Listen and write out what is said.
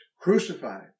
crucified